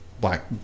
black